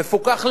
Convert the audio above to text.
מפוקח למטר.